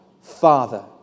Father